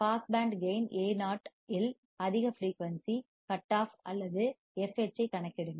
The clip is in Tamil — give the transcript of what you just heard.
பாஸ் பேண்ட் கேயின் Ao இல் அதிக ஃபிரீயூன்சி கட் ஆஃப் அல்லது fh ஐக் கணக்கிடுங்கள்